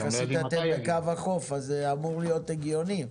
יחסית אתם בקו החוף, אז זה אמור להיות הגיוני.